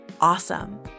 awesome